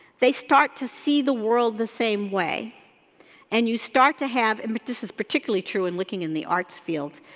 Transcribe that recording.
they start to see the world the same way and you start to have, and but this is particularly true when and looking in the arts fields,